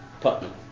Putnam